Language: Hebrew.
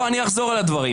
לא, אני אחזור על הדברים.